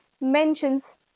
mentions